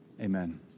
amen